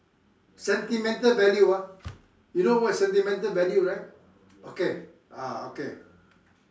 sentimental value ah you know what is sentimental value right okay ah okay